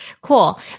cool